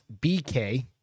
BK